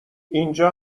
اینجا